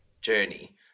journey